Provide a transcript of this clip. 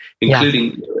including